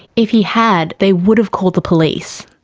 if he had, they would've called the police.